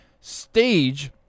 stage